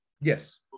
Yes